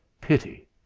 Pity